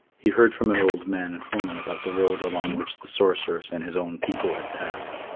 he heard from an old man and woman about the road along which the sorceress and his own people had passed.